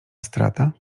strata